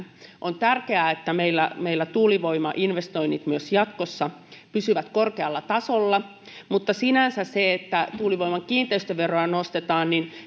on tärkeää että meillä meillä tuulivoimainvestoinnit myös jatkossa pysyvät korkealla tasolla mutta sinänsä sitä että tuulivoiman kiinteistöveroa nostetaan